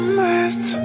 make